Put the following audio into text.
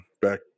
back